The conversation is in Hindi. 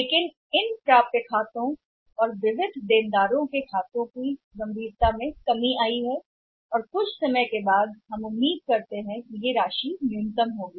लेकिन इन खातों की प्राप्ति और विविध देनदार की गंभीरता में कमी आई है और हम उम्मीद कर रहे हैं कि समय के साथ यह न्यूनतम राशि होगी